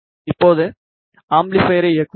இப்பொது அம்பிளிபைரை இயக்குவோம்